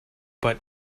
but